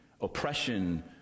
oppression